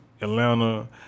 Atlanta